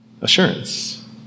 Assurance